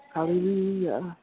Hallelujah